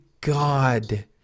God